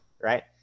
right